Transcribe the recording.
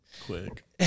Quick